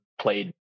played